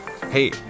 Hey